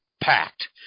packed